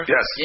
Yes